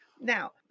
Now